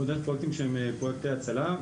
או דרך פרויקטים שהם פרויקטי הצלה.